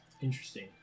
interesting